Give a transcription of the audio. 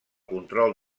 control